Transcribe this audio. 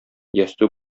ястү